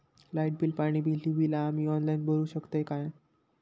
Light bill, पाणी bill, ही बिला आम्ही ऑनलाइन भरू शकतय का?